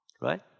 right